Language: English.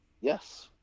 Yes